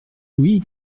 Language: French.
oui